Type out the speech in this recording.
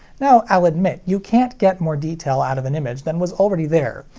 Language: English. now i'll admit, you can't get more detail out of an image than was already there,